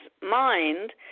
mind